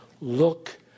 look